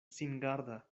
singarda